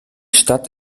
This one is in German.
stadt